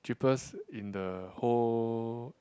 cheapest in the whole